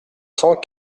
cent